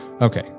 Okay